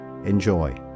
Enjoy